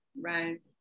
right